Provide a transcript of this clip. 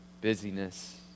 busyness